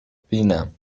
بیینم